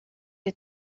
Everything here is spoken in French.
est